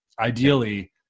ideally